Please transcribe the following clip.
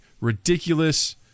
ridiculous